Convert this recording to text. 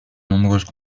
nombreuses